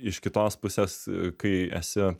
iš kitos pusės kai esi